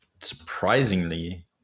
surprisingly –